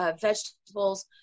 vegetables